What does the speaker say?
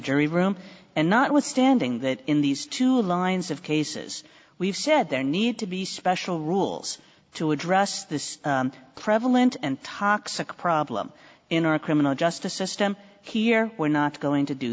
jury room and not withstanding that in these two lines of cases we've said there need to be special rules to address this prevalent and toxic problem in our criminal justice system here we're not going to do